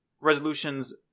resolutions